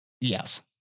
Yes